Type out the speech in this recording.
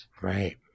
Right